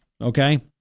Okay